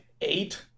eight